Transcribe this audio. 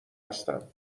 هستم